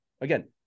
again